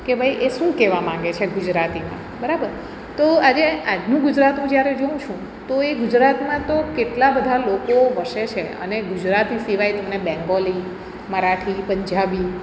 કે ભાઈ એ શું કહેવા માંગે છે ગુજરાતીમાં બરાબર તો આજે આજનું ગુજરાત હું જ્યારે જોઉં છું તો એ ગુજરાતમાં તો કેટલા બધા લોકો વસે છે અને ગુજરાતી સિવાય તમને બેંગોલી મરાઠી પંજાબી